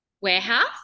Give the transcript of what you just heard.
warehouse